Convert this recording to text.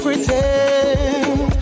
Pretend